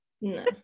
No